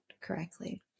correctly